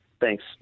Thanks